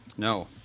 No